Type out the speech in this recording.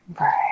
Right